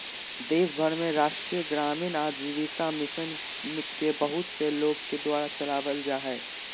देश भर में राष्ट्रीय ग्रामीण आजीविका मिशन के बहुत सा लोग के द्वारा चलावल जा हइ